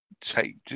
take